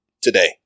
Today